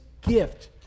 gift